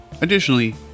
additionally